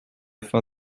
for